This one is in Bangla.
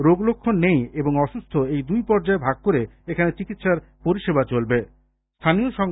রোগলক্ষণ নেই এবং অসুস্থ এই দুই পর্যায়ে ভাগ করে এখানে চিকিৎসা পরিষেবা চলবে